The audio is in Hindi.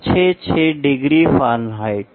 तो यह इन है और यह आउट है ठीक है यह आउट है